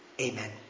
Amen